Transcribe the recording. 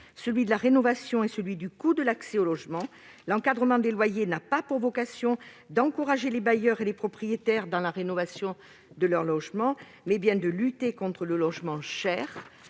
celle de la rénovation et celle du coût de l'accès au logement. L'encadrement des loyers a pour vocation non pas d'encourager les bailleurs et les propriétaires à rénover leur logement, mais bien de lutter contre le logement cher